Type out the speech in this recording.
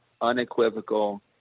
unequivocal